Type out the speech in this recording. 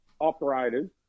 operators